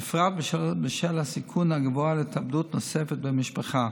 בפרט בשל הסיכון הגבוה להתאבדות נוספת במשפחה.